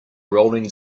rolling